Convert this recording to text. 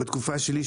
בתקופה שלי,